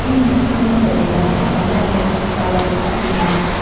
ꯏꯪꯅ ꯆꯤꯛꯅ ꯂꯩꯕ ꯃꯐꯝ ꯑꯃꯅꯤ ꯃꯔꯝ ꯑꯁꯤꯅ